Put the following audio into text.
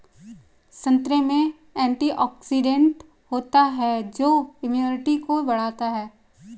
संतरे में एंटीऑक्सीडेंट होता है जो इम्यूनिटी को बढ़ाता है